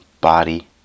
Body